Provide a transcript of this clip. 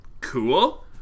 Cool